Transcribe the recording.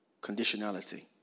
conditionality